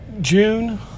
June